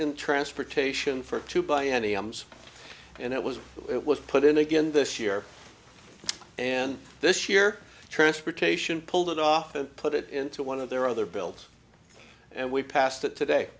in transportation for to buy any arms and it was it was put in again this year and this year transportation pulled it off and put it into one of their other bills and we passed it today